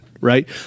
Right